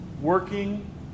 working